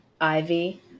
ivy